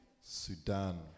Sudan